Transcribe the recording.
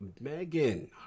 Megan